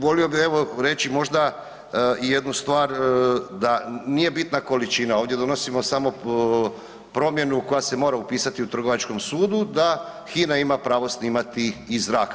Volio bih reći možda i jednu stvar, da nije bitna količina, ovdje donosimo samo promjenu koja se mora upisati u Trgovačkom sudu da HINA ima pravo snimati iz zraka.